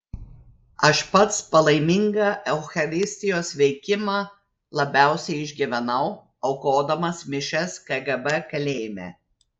aš pats palaimingą eucharistijos veikimą labiausiai išgyvenau aukodamas mišias kgb kalėjime